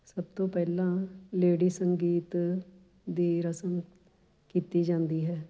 ਸਭ ਤੋ ਪਹਿਲਾਂ ਲੇਡੀ ਸੰਗੀਤ ਦੀ ਰਸਮ ਕੀਤੀ ਜਾਂਦੀ ਹੈ